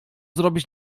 zrobić